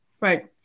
Right